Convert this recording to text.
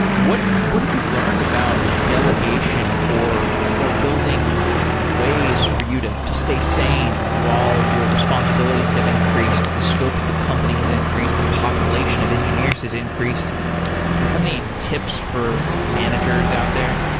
what what have you learned about delegation, or or building ways for you to to stay sane while your responsibilities have increased, the scope of the company has increased, the population of engineers has increased? do you have any tips for managers out there?